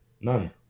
none